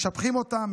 משבחים אותם,